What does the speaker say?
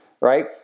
right